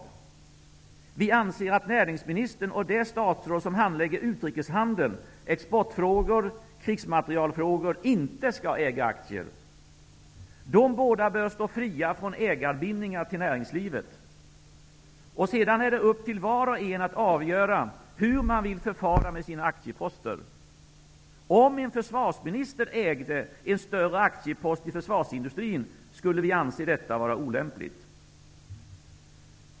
Vi anser att näringsministern och det statsråd som handlägger utrikeshandel, exportfrågor och krigsmaterielfrågor inte skall äga aktier. De båda bör stå fria från ägarbindningar till näringslivet. Sedan är det upp till var och en att avgöra hur man vill förfara med sina aktieposter. Om en försvarsminister ägde en större aktiepost i försvarsindustrin, skulle vi anse detta var olämpligt.